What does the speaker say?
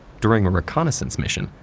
during a reconnaissance mission,